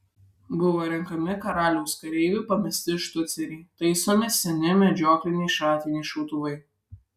buvo renkami karaliaus kareivių pamesti štuceriai taisomi seni medžiokliniai šratiniai šautuvai